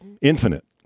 infinite